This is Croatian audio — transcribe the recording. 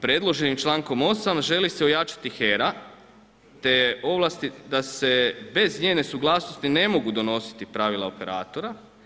Predloženim člankom 8. želi se ojačati HERA te ovlasti da se bez njene suglasnosti ne mogu donositi pravila operatora.